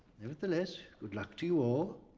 nevertheless, good luck to you all.